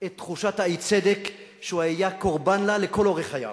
את תחושת האי-צדק שהוא היה קורבן לה לכל אורך חייו.